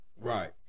Right